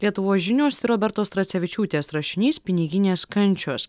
lietuvos žinios robertos tracevičiūtės rašinys piniginės kančios